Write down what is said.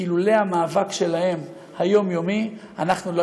כי לולא המאבק היומיומי שלהם אנחנו לא